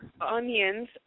Onions